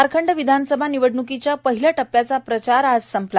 झारखंड विधानसभा निवडण्कीच्या पहिल्या टप्प्याचा प्रचार आज संपला